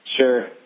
Sure